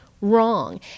wrong